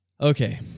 Okay